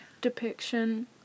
depiction